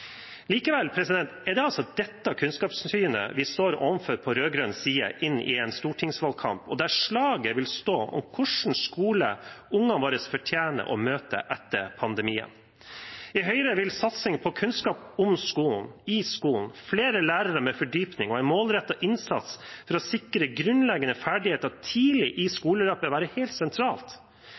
Likevel er det altså dette kunnskapssynet vi står overfor på rød-grønn side inn i en stortingsvalgkamp der slaget vil stå om hva slags skole ungene våre fortjener å møte etter pandemien. I Høyre vil satsing på kunnskap om skolen og i skolen, på flere lærere med fordypning og på en målrettet innsats for å sikre grunnleggende ferdigheter tidlig i skoleløpet være helt sentralt.